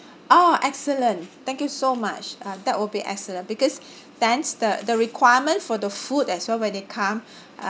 oh excellent thank you so much uh that will be excellent because then the the requirement for the food as well when they come